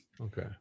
Okay